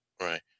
Right